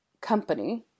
company